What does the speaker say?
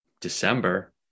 December